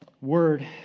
word